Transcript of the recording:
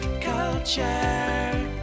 Culture